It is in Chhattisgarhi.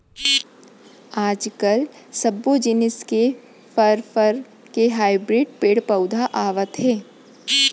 आजकाल सब्बो जिनिस के फर, फर के हाइब्रिड पेड़ पउधा आवत हे